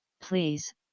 Please